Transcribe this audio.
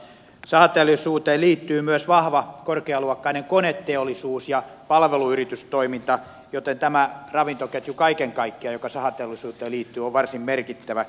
sahateollisuuteen liittyy myös vahva korkealuokkainen koneteollisuus ja palveluyritystoiminta joten tämä ravintoketju joka sahateollisuuteen liittyy on kaiken kaikkiaan varsin merkittävä